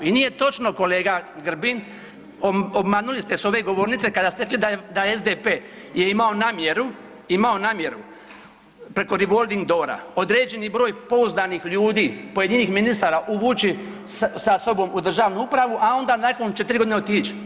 I nije točno kolega Grbin, obmanuli ste s ove govornice kada ste rekli da je, da SDP je imao namjeru, imao namjeru preko revolving doora određeni broj pouzdanih ljudi, pojedinih ministara uvući sa sobom u državnu upravu, a onda nakon 4.g. otić.